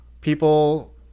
people